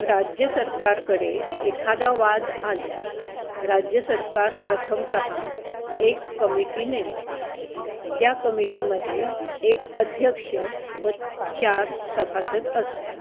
राज्य सरकारकडे एखादा वाद आल्यास राज्य सरकार प्रथमतः एक कमिटी नेमते त्या कमिटीमध्ये एक अध्यक्ष व चार सभासद असतात